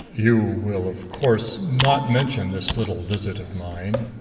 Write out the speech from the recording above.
you will, of course, not mention this little visit of mine.